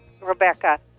Rebecca